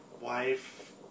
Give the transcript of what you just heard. wife